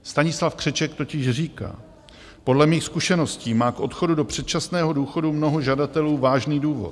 Stanislav Křeček totiž říká podle mých zkušeností má k odchodu do předčasného důchodu mnoho žadatelů vážný důvod.